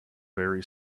very